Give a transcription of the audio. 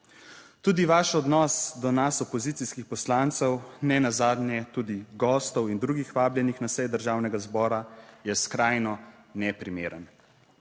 Tudi vaš odnos do nas opozicijskih poslancev, nenazadnje tudi gostov in drugih vabljenih na sejo Državnega zbora je skrajno neprimeren.